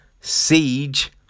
Siege